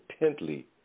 intently